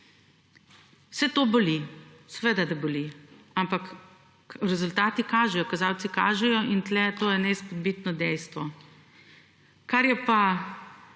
Vse to boli, seveda, da boli, ampak, rezultati kažejo, kazalci kažejo in tu, to je neizpodbitno dejstvo, kar je pa